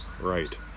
Right